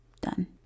done